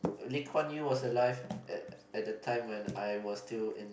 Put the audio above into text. Lee-Kuan-Yew was alive at at that time when I was still in